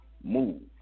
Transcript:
move